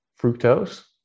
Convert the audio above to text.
fructose